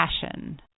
passion